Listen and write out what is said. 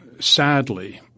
sadly